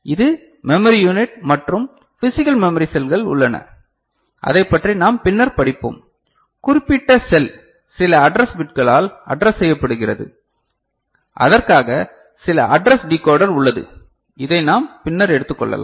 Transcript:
இது memory unit மற்றும் physical memory செல்கள் உள்ளன அதைப் பற்றி நாம் பின்னர் படிப்போம் குறிப்பிட்ட செல் சில அட்ரஸ் பிட்களால் அட்ரஸ் செய்யப்படுகிறது அதற்காக சில அட்ரஸ் டிகோடர் உள்ளது இதை நாம் பின்னர் எடுத்துக்கொள்வோம்